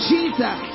Jesus